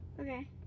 Okay